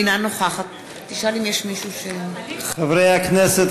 אינה נוכחת חברי הכנסת,